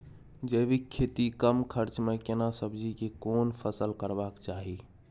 जैविक खेती कम खर्च में केना सब्जी के कोन फसल करबाक चाही?